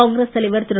காங்கிரஸ் தலைவர் திரு